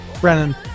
Brennan